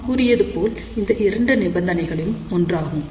நான் கூறியது போல் இந்த இரண்டு நிபந்தனைகளும் ஒன்றாகும்